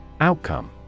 Outcome